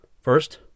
First